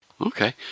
Okay